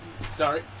Sorry